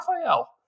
Raphael